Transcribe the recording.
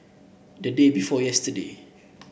the day before yesterday